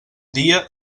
dia